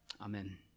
Amen